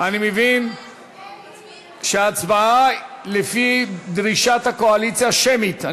אני מבין שההצבעה, לפי דרישת הקואליציה, שמית.